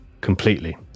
completely